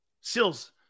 Sills